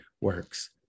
works